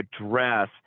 address